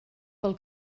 pel